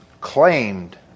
claimed